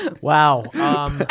Wow